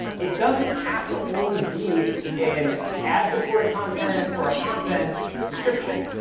it doesn't have to only be in ad supported content or a content subscription.